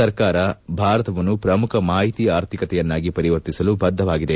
ಸರ್ಕಾರ ಭಾರತವನ್ನು ಪ್ರಮುಖ ಮಾಹಿತಿ ಆರ್ಥಿಕತೆಯನ್ನಾಗಿ ಪರಿವರ್ತಿಸಲು ಬದ್ಧವಾಗಿದೆ